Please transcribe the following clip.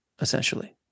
essentially